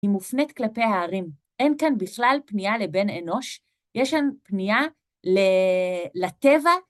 היא מופנית כלפי הערים. אין כאן בכלל פנייה לבן אנוש, יש שם פנייה לטבע.